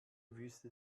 wüste